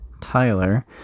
Tyler